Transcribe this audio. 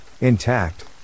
intact